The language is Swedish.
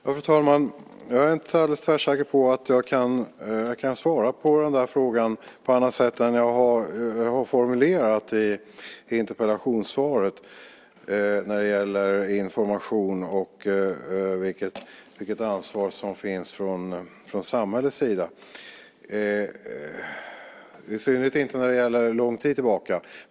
Fru talman! Jag är inte alldeles tvärsäker på att jag kan svara på frågan på annat sätt än på det sätt som jag har formulerat det i interpellationssvaret när det gäller information och vilket ansvar som finns från samhällets sida, i synnerhet inte när det gäller lång tid tillbaka.